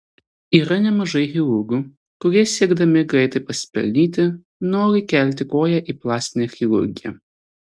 yra nemažai chirurgų kurie siekdami greitai pasipelnyti nori įkelti koją į plastinę chirurgiją